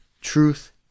truth